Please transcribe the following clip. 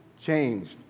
changed